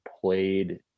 played